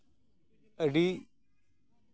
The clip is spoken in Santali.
ᱟᱹᱰᱤ